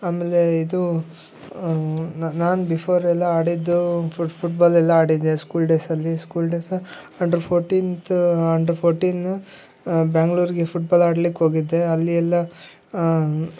ಆಮೇಲೆ ಇದು ನಾನು ಬೀಫೋರ್ ಎಲ್ಲ ಆಡಿದ್ದು ಫುಟ್ಬಾಲೆಲ್ಲಾ ಆಡಿದ್ದೀನಿ ಸ್ಕೂಲ್ಡೇಸಲ್ಲಿ school days under fourteenth under fourteen ಬೆಂಗಳೂರಿಗೆ ಫೂಟ್ಬಾಲ್ ಆಡಲಿಕ್ಕೋಗಿದ್ದೆ ಅಲ್ಲಿ ಎಲ್ಲ